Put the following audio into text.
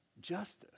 justice